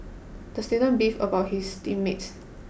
the student beefed about his team mates